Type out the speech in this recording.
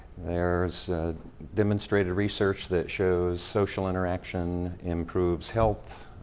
there's demonstrated research that shows social interaction improves health,